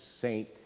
saint